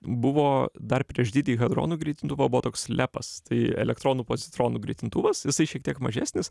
buvo dar prieš didįjį hadronų greitintuvą buvo toks lepas tai elektronų pozitronų greitintuvas jisai šiek tiek mažesnis